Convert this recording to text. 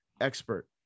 expert